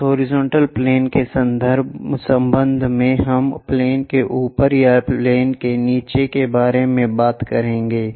उस horizontal plane के संबंध में हम प्लेन के ऊपर या प्लेन के नीचे के बारे में बात करेंगे